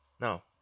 Now